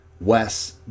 Wes